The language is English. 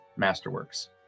masterworks